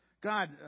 God